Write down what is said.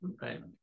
right